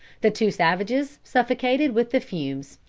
the two savages, suffocated with the fumes,